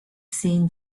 seen